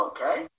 Okay